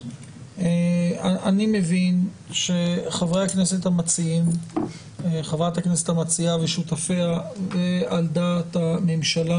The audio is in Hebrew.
מבין שחברת הכנסת המציעה ושותפיה על דעת הממשלה